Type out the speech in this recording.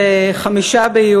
בבקשה, גברתי.